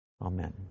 Amen